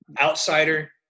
Outsider